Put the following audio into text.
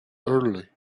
early